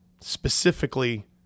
specifically